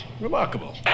Remarkable